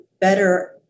better